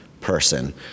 person